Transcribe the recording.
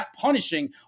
punishing